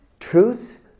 Truth